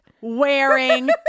wearing